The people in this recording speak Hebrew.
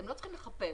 הם לא צריכים לחפש.